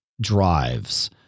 drives